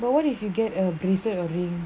but what if you get a bracelet or ring